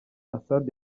assad